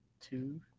two